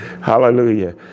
Hallelujah